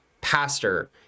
pastor